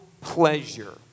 pleasure